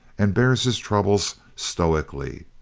and bears his troubles stoically.